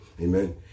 Amen